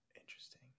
Interesting